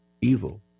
evil